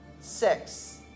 six